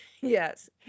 Yes